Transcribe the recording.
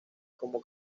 como